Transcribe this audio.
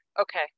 Okay